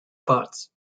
parts